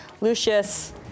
Lucius